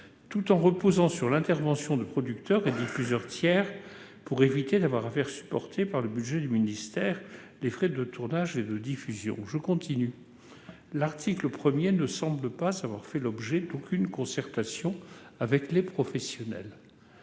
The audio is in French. tout en reposant sur l'intervention de producteurs et diffuseurs tiers pour éviter d'avoir à faire supporter par le budget du ministère les frais de tournage et de diffusion. » Je continue de citer le rapport :« L'article 1 ne semble avoir fait l'objet d'aucune concertation avec les professionnels.